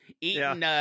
eating